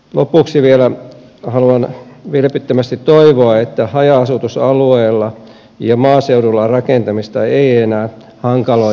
lopuksi vielä haluan vilpittömästi toivoa että haja asutusalueilla ja maaseudulla rakentamista ei enää hankaloiteta